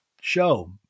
show